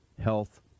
health